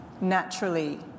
naturally